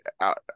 out